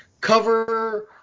cover